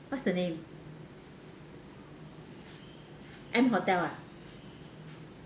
what's the name M hotel ah